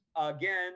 again